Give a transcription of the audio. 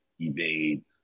evade